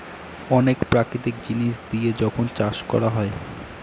অনেক প্রাকৃতিক জিনিস দিয়ে যখন চাষ করা হয়